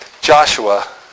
Joshua